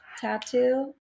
tattoo